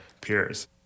peers